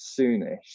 soonish